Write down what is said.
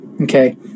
okay